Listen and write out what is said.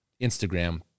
Instagram